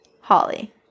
Holly